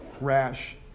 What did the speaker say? rash